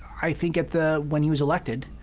i think at the when he was elected,